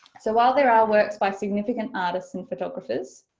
so while there are works by significant artists and photographers,